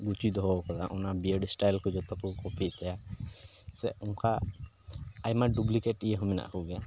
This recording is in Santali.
ᱜᱩᱪᱩᱭ ᱫᱚᱦᱚ ᱟᱠᱟᱫᱟ ᱚᱱᱟ ᱦᱮᱭᱟᱨᱥᱴᱟᱭᱤᱞ ᱠᱚ ᱡᱚᱛᱚ ᱠᱚ ᱠᱚᱯᱤᱭᱮᱜ ᱛᱟᱭᱟ ᱥᱮ ᱚᱱᱠᱟ ᱟᱭᱢᱟ ᱰᱩᱵᱽᱞᱤᱠᱮᱴ ᱤᱭᱟᱹ ᱦᱚᱸ ᱢᱮᱱᱟᱜ ᱠᱚᱜᱮᱭᱟ